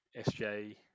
SJ